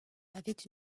avait